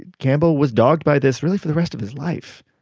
campbell was dogged by this really for the rest of his life,